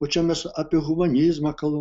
o čia mes apie humanizmą kalbam